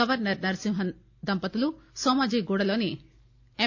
governor Narasimhan దంపతులు నోమాజిగూడలోని ఎం